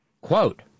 Quote